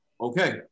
Okay